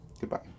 Goodbye